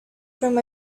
from